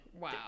Wow